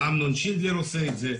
ואמנון שינדלר עושה את זה,